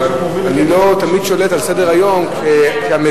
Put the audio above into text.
אבל אני לא תמיד שולט על סדר-היום שהמציע,